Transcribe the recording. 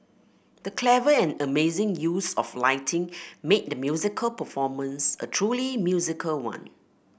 the clever and amazing use of lighting made the musical performance a truly musical one